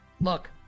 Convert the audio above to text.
Look